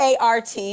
ART